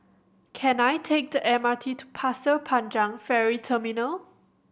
can I take the M R T to Pasir Panjang Ferry Terminal